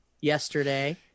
yesterday